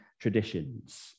traditions